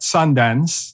Sundance